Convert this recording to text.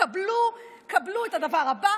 קבלו את הדבר הבא,